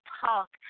talk